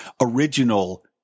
original